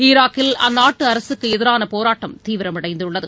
ஈராக்கில் அந்நாட்டுஅரசுக்குஎதிரானபோராட்டம் தீவிரமடைந்துள்ளது